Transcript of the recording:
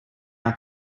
out